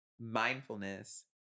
mindfulness